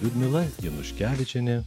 liudmila januškevičienė